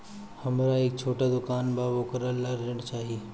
हमरा एक छोटा दुकान बा वोकरा ला ऋण चाही?